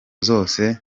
zose